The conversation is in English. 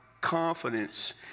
confidence